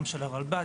גם של הרלב"ד,